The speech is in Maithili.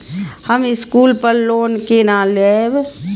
हम स्कूल पर लोन केना लैब?